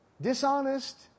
dishonest